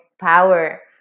power